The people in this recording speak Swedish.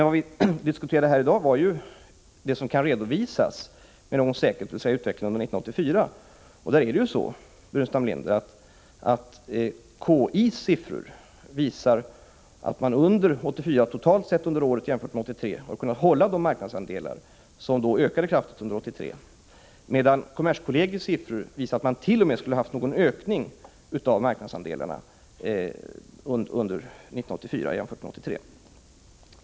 Vad vi diskuterar här i dag är vad som kan redovisas med någon säkerhet, dvs. utvecklingen under 1984. KI:s siffror visar ju, Burenstam Linder, att man totalt sett under 1984 har kunnat hålla de marknadsandelar som ökade kraftigt under 1983, medan kommerskollegiums siffror visar att man t.o.m. skulle ha haft någon ökning av marknadsandelarna jämfört med 1983.